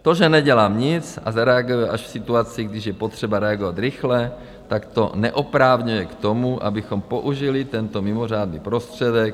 To, že nedělá nic a zareaguje až v situaci, když je potřeba reagovat rychle, tak to neopravňuje k tomu, abychom použili tento mimořádný prostředek.